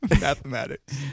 Mathematics